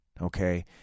Okay